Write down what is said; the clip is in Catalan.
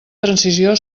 transició